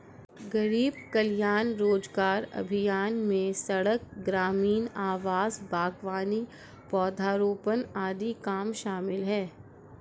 गरीब कल्याण रोजगार अभियान में सड़क, ग्रामीण आवास, बागवानी, पौधारोपण आदि काम शामिल है